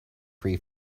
free